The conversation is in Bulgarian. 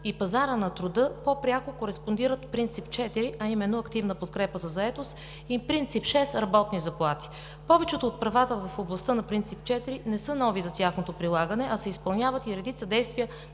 и пазара на труда по-пряко кореспондират Принцип 4, а именно „Активна подкрепа за заетост“, и Принцип 6 – „Работни заплати“. Повечето от правата в областта на Принцип 4 не са нови за тяхното прилагане, а се изпълняват и редица действия